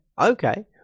Okay